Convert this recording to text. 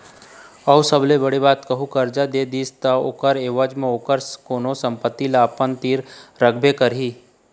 अऊ सबले बड़े बात कहूँ करजा दे दिस ता ओखर ऐवज म ओखर कोनो संपत्ति ल अपन तीर रखबे करही